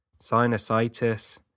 sinusitis